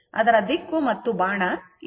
ಅದರ ದಿಕ್ಕು ಮತ್ತು ಬಾಣ ಇಲ್ಲಿದೆ